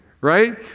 right